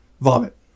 Vomit